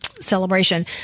celebration